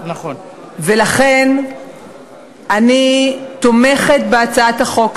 ולכן אני תומכת בהצעת החוק הזאת,